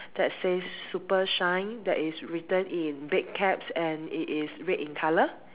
that says super shine that is written in big caps and it is red in color